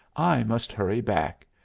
i must hurry back.